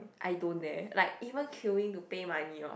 I don't dare like even queueing to pay money hor